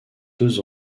deux